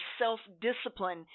self-discipline